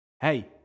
hey